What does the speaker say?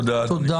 תודה, אדוני.